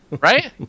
Right